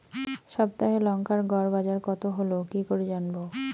সপ্তাহে লংকার গড় বাজার কতো হলো কীকরে জানবো?